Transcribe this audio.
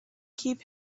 keep